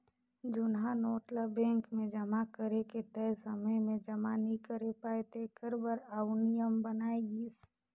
जुनहा नोट ल बेंक मे जमा करे के तय समे में जमा नी करे पाए तेकर बर आउ नियम बनाय गिस